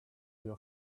your